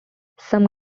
some